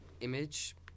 image